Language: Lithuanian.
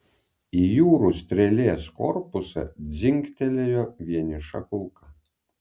į jūrų strėlės korpusą dzingtelėjo vieniša kulka